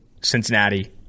Cincinnati